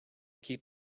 keep